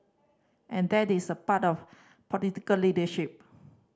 and that is the part of politically leadership